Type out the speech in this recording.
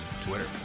Twitter